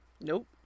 Nope